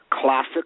classic